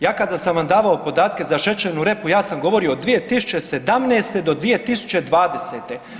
Ja kada sam vam davao podatke za šećernu repu, ja sam govorio od 2017. do 2020.